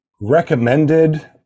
recommended